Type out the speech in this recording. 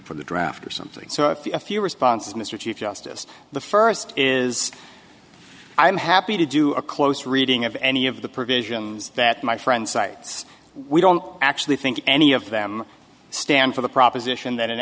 for the draft or something so if a few responses mr chief justice the first is i'm happy to do a close reading of any of the provisions that my friend cites we don't actually think any of them stand for the proposition that an